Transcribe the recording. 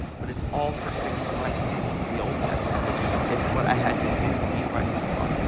but it's all for training and righteousness. the old testament is what i had to do to be right with god.